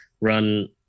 run